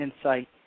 insight